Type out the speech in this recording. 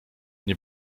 nie